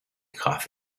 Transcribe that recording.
coffee